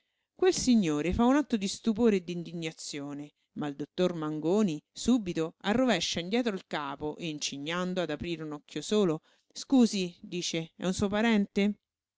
quel signore fa un atto di stupore e d'indignazione ma il dottor mangoni subitosubito arrovescia indietro il capo e incignando ad aprire un occhio solo scusi dice è un suo suo parente